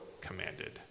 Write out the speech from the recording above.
commanded